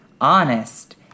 honest